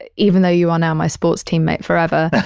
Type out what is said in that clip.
and even though you are now my sports team mate forever,